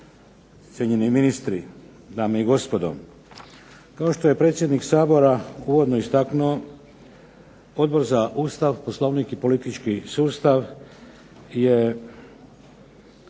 cijenjeni ministri, dame i gospodo. Kao što je predsjednik Sabora uvodno istaknuo Odbor za Ustav, Poslovnik i politički sustav je